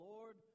Lord